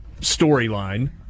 storyline